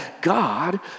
God